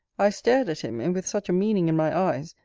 i stared at him, and with such a meaning in my eyes,